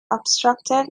obstructive